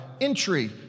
entry